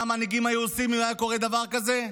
המנהיגים ביפן היו עושים אם היה קורה דבר כזה?